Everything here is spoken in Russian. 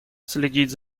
следить